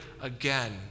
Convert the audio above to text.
again